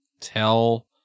tell